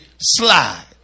slide